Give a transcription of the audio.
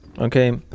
okay